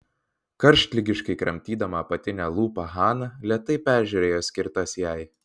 karštligiškai kramtydama apatinę lūpą hana lėtai peržiūrėjo skirtas jai